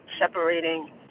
separating